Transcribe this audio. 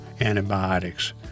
antibiotics